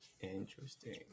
interesting